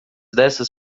dessas